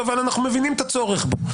אבל אנחנו מבינים את הצורך בו.